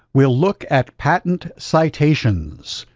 we'll look at patent citations,